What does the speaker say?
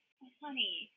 honey